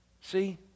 See